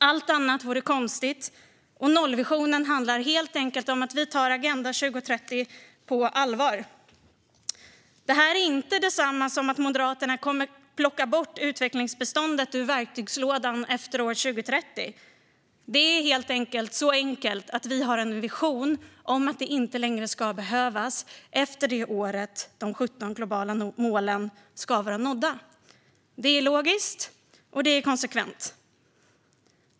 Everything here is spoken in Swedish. Allt annat vore konstigt, och nollvisionen handlar helt enkelt om att vi tar Agenda 2030 på allvar. Det här är inte detsamma som att Moderaterna kommer att plocka bort utvecklingsbiståndet ur verktygslådan efter år 2030, utan vi har helt enkelt en vision om att det inte längre ska behövas efter det år då de 17 globala målen ska vara uppnådda. Det är logiskt, och det är konsekvent.